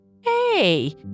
Hey